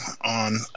on